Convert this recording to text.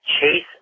Chase